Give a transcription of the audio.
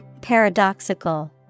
Paradoxical